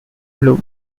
blue